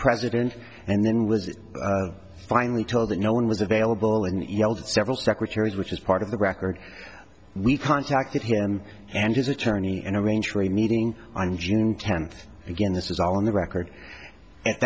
president and then was finally told that no one was available and yelled several secretaries which is part of the record we contacted him and his attorney and arrange for a meeting on june tenth again this is all on the record at